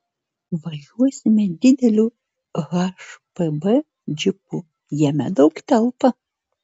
važiuosime dideliu hpb džipu jame daug telpa